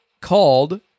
called